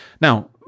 Now